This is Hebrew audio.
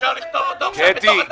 אפשר לפתור עכשיו בתוך התקציב.